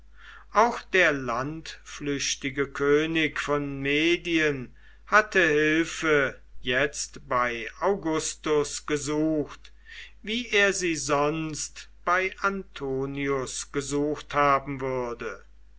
auch der landflüchtige könig von medien hatte hilfe jetzt bei augustus gesucht wie er sie sonst bei antonius gesucht haben würde